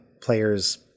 players